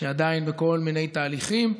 שעדיין בכל מיני תהליכים.